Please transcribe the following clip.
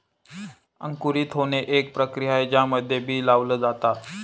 अंकुरित होणे, एक प्रक्रिया आहे ज्यामध्ये बी लावल जाता